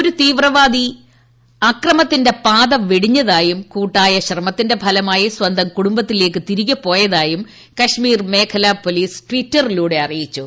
ഒരു തീവ്രവാദി അക്രമത്തിന്റെ പാത വെടിഞ്ഞതായും കൂട്ടായ ശ്രമത്തിന്റെ ഫലമായി സ്വന്തം കുടുംബത്തിലേക്ക് തിരികെ പോയതായും കശ്മീർ മേഖലാ പൊലീസ് ട്ടിറ്ററിലൂടെ അറിയിച്ചു